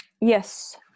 Yes